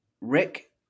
Rick